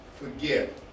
forget